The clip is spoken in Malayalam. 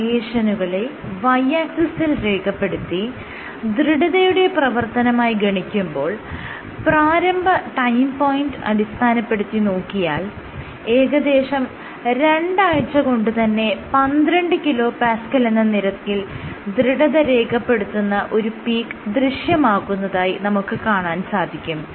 സ്ട്രയേഷനുകളെ Y ആക്സിസിൽ രേഖപ്പെടുത്തി ദൃഢതയുടെ പ്രവർത്തനമായി ഗണിക്കുമ്പോൾ പ്രാരംഭ ടൈം പോയിന്റ് അടിസ്ഥാനപ്പെടുത്തി നോക്കിയാൽ ഏകദേശം രണ്ടാഴ്ച കൊണ്ട് തന്നെ 12 kPa എന്ന നിരക്കിൽ ദൃഢത രേഖപ്പെടുത്തുന്ന ഒരു പീക്ക് ദൃശ്യമാകുന്നതായി നമുക്ക് കാണാൻ സാധിക്കും